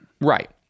Right